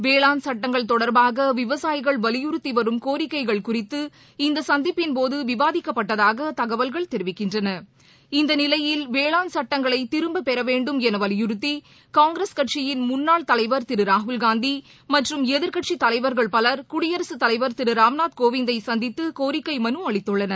வேளாண் சட்டங்கள் தொடர்பாகவிவசாயிகள்வலியுறுத்திவரும்கோரிக்கைகள் குறித்துஇந்தசந்திப்பிள் போதுவிவாதிக்கப்பட்டதாகதகவல்கள் தெரிவிக்கின்றன இந்நிலையில் வேளாண் சட்டங்களைதிரும்பப்பேறவேண்டும் எனவலியுறுத்தி காங்கிரஸ் கட்சியிள் முன்னாள் திருராகுல்காந்திமற்றும் எதிர்க்கட்சித் தலைவர்கள் பலர் குடியரசுத் தலைவர் தலைவர் திருராம்நாத் கோவிந்தைசந்தித்துகோரிக்கைமனுஅளித்துள்ளனர்